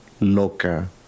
loca